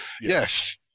yes